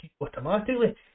automatically